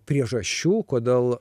priežasčių kodėl